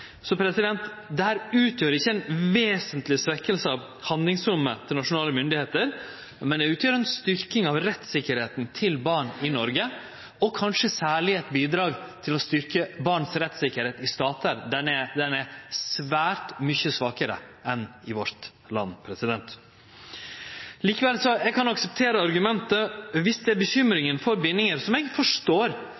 Så dette utgjer ikkje ei vesentleg svekking av handlingsrommet til nasjonale myndigheiter, men det utgjer ei styrking av rettstryggleiken til barn i Noreg og er kanskje særleg eit bidrag til å styrkje barns rettstryggleik i statar der han er svært mykje svakare enn i vårt land. Eg kan akseptere argumentet viss det er